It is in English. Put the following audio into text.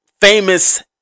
famous